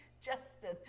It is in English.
Justin